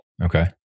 Okay